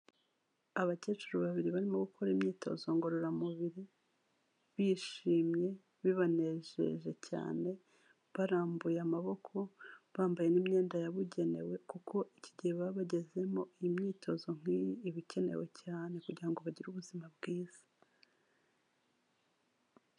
Abakecuru babiri barimo gukora imyitozo ngororamubiri, bishimye bibanejeje cyane, barambuye amaboko, bambaye n' imyenda yabugenewe, kuko iki gihe baba bagezemo iyi myitozo nk'iyi iba ikenewe cyane, kugira ngo bagire ubuzima bwiza.